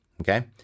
okay